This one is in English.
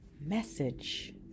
message